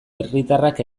herritarrak